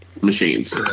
machines